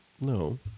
No